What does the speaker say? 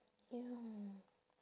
ya